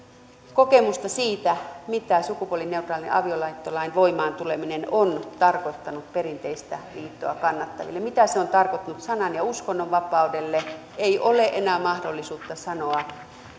kokemusta siitä mitä sukupuolineutraalin avioliittolain voimaan tuleminen on tarkoittanut perinteistä liittoa kannattaville ja mitä se on tarkoittanut sanan ja uskonnonvapaudelle ei ole enää mahdollisuutta sanoa